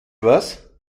was